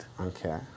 Okay